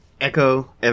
Echo